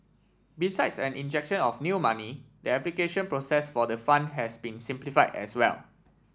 besides an injection of new money the application process for the fund has been simplified as well